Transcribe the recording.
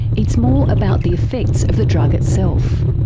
it's more about the effects of the drug itself.